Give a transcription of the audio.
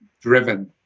driven